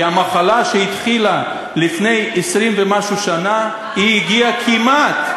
כי המחלה שהתחילה לפני 20 ומשהו שנה הגיעה כמעט,